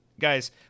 guys